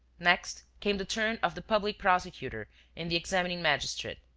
next came the turn of the public prosecutor and the examining magistrate.